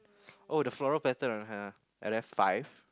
oh the floral pattern I don't have are there five